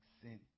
sin